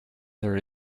there